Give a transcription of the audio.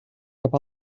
cap